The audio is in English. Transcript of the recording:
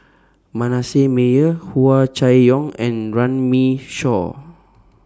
Manasseh Meyer Hua Chai Yong and Runme Shaw